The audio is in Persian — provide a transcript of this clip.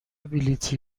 بلیطی